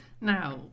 Now